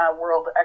World